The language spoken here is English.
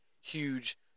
huge